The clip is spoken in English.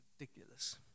Ridiculous